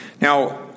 Now